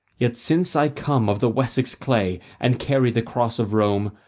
yet since i come of the wessex clay and carry the cross of rome,